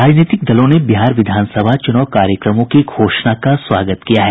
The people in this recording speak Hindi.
राजनीतिक दलों ने बिहार विधानसभा चुनाव कार्यक्रमों की घोषणा का स्वागत किया है